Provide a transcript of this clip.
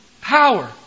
power